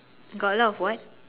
got a lot of what